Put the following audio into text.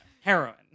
heroin